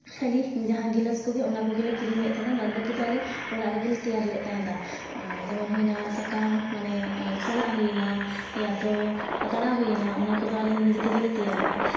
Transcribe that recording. ᱠᱷᱟᱹᱞᱤ ᱚᱱᱟ ᱜᱤᱞᱟᱹᱥ ᱠᱚᱜᱮ ᱡᱟᱦᱟᱸ ᱠᱚᱜᱮᱞᱮ ᱠᱤᱨᱤᱧ ᱞᱮᱜ ᱛᱟᱦᱮᱸᱫᱼᱟ ᱵᱟᱫ ᱵᱟᱹᱠᱤ ᱫᱚ ᱟᱞᱮ ᱚᱲᱟᱜ ᱞᱮᱜᱮ ᱞᱮ ᱛᱮᱭᱟᱨ ᱞᱮᱫ ᱛᱟᱦᱮᱱᱟ ᱡᱮᱢᱚᱱ ᱦᱩᱭᱱᱟ ᱥᱟᱠᱟᱢ ᱢᱟᱱᱮ ᱠᱷᱟᱞᱟᱜ ᱦᱩᱭᱱᱟ ᱭᱟᱛᱚ ᱯᱟᱛᱲᱟ ᱦᱩᱭᱱ ᱚᱱᱟ ᱠᱚᱫᱚ ᱟᱞᱮ ᱱᱤᱡᱮ ᱛᱮᱜᱮᱞᱮ ᱛᱮᱭᱟᱨ ᱠᱟᱜᱼᱟ